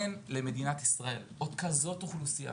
אין למדינת ישראל עוד כזאת אוכלוסייה